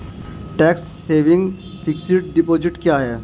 Tax saving fixed deposit क्या है?